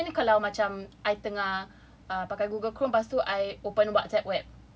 so even kalau macam I tengah pakai Google chrome lepas tu I open WhatsApp web